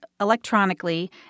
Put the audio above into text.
electronically